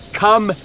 come